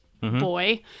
boy